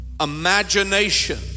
imagination